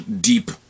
deep